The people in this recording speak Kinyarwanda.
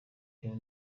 reba